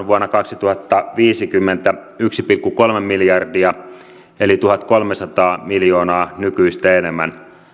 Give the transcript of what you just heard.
vuonna kaksituhattaviisikymmentä yksi pilkku kolme miljardia eli tuhatkolmesataa miljoonaa nykyistä enemmän